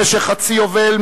במשך חצי יובל,